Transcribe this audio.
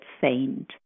saint